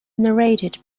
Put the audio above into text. narrated